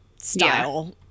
style